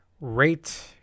rate